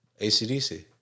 ACDC